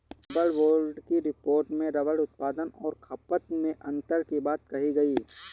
rubber board की report में rubber उत्पादन और खपत में अन्तर की बात कही गई